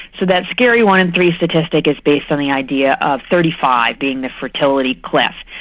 so that scary one in three statistic is based on the idea of thirty five being the fertility cliff.